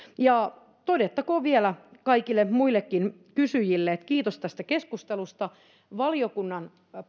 todettakoon vielä kaikille muillekin kysyjille että kiitos tästä keskustelusta valiokunnan